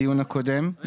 בדיון הקודם,